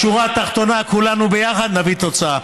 בשורה התחתונה כולנו ביחד נביא תוצאה.